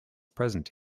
present